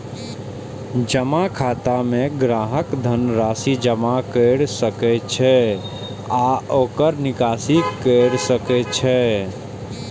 जमा खाता मे ग्राहक धन राशि जमा कैर सकै छै आ ओकर निकासी कैर सकै छै